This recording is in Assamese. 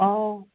অঁ